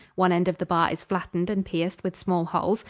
one end of the bar is flattened and pierced with small holes,